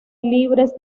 libres